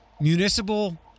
municipal